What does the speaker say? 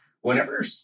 whenever